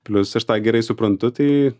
plius aš tą gerai suprantu tai